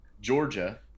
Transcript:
Georgia